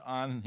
on